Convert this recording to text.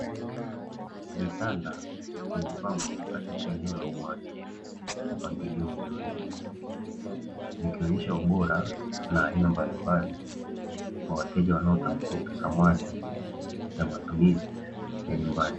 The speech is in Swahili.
Vitanda vimepangwa katika eneo la uwazi kwa mpangilio mzuri, likionyesha ubora na aina mbalimbali kwa wateja wanaotafuta samani za matumizi ya nyumbani.